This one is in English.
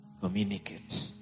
communicate